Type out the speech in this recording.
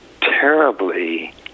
terribly